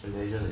in asia